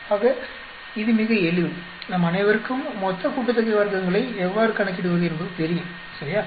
ஆக இது மிக எளிது நம் அனைவருக்கும் மொத்தக்கூட்டுத்தொகை வர்க்கங்களை எவ்வாறு கணக்கிடுவது என்பது தெரியும் சரியா